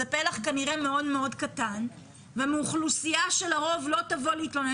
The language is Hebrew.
זה פלח כנראה מאוד מאוד קטן ומאוכלוסייה שלרוב לא תבוא להתלונן.